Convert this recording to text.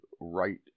right